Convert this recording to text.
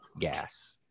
gas